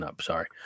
sorry